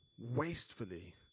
Wastefully